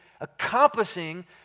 accomplishing